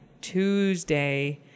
Tuesday